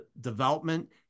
development